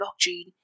blockchain